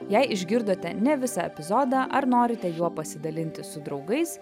jei išgirdote ne visą epizodą ar norite juo pasidalinti su draugais